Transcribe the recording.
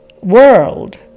world